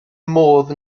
modd